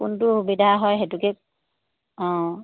কোনটো সুবিধা হয় সেইটোকে অঁ